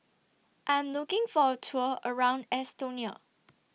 I'm looking For A Tour around Estonia